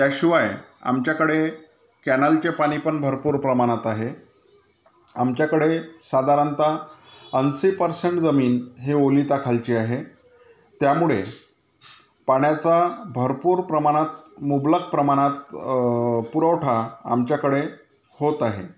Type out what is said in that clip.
त्याशिवाय आमच्याकडे कॅनलचे पाणी पण भरपूर प्रमाणात आहे आमच्याकडे साधारणत ऐंशी पर्सेंट जमीन ही ओलिताखालची आहे त्यामुळे पाण्याचा भरपूर प्रमाणात मुबलक प्रमाणात पुरवठा आमच्याकडे होत आहे